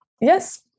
Yes